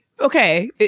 okay